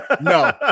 No